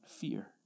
fear